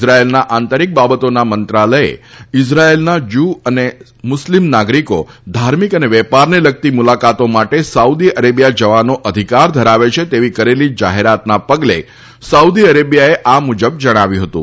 ઇઝરાયેલના આંતરિક બાબતોના મંત્રાલયે ઇઝરાયેલના જુ અને મુસ્લિમ નાગરીકો ધાર્મિક અને વેપારને લગતી મુલાકાતો માટે સાઉદી અરેબિથા જવાનો અધિકાર ધરાવે છે તેવી કરેલી જાહેરાતના પગલે સાઉદી અરેબિયાએ આ મુજબ જણાવ્યું હતું